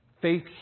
Faith